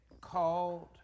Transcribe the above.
called